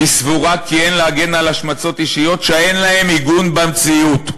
היא סבורה כי אין להגן על השמצות אישיות שאין להן עיגון במציאות"